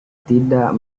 tidak